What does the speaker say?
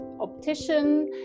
optician